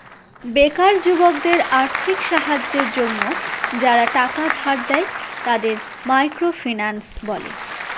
বেকার যুবকদের আর্থিক সাহায্যের জন্য যারা টাকা ধার দেয়, তাদের মাইক্রো ফিন্যান্স বলে